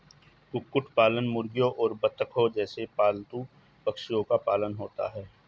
कुक्कुट पालन मुर्गियों और बत्तखों जैसे पालतू पक्षियों का पालन होता है